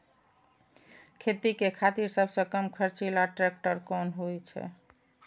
खेती के खातिर सबसे कम खर्चीला ट्रेक्टर कोन होई छै?